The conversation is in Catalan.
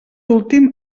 últim